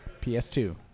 PS2